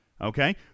Okay